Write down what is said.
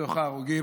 מתוך ההרוגים,